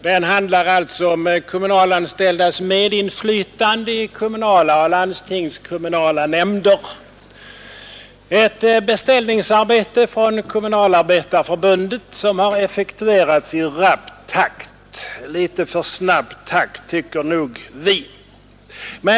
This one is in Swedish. Den handlar om kommunalanställdas medinflytande i kommunala och landstingskommunala nämnder, och den är ett beställningsarbete från Kommunalarbetareförbundet som har effektuerats i rask takt — litet för snabbt, tycker nog vi.